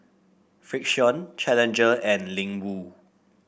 Frixion Challenger and Ling Wu